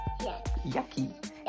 yucky